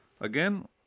Again